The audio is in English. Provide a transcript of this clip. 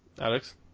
Alex